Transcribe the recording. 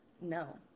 no